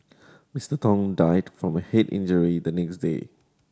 Mister Tong died from a head injury the next day